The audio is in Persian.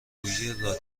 رادیکال